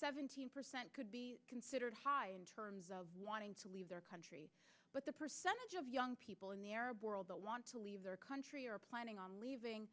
seventeen percent could be considered high in terms of wanting to leave their country but the percentage of young people in the arab world that want to leave their country are planning on leaving